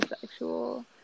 sexual